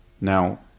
now